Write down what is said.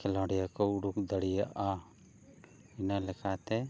ᱠᱷᱮᱹᱞᱳᱰᱤᱭᱟᱹ ᱠᱚ ᱩᱰᱩᱠ ᱫᱟᱲᱮᱭᱟᱜᱼᱟ ᱤᱱᱟᱹ ᱞᱮᱠᱟᱛᱮ